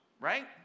Right